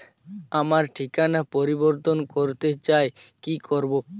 আমার ঠিকানা পরিবর্তন করতে চাই কী করব?